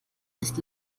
nicht